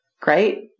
Great